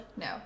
no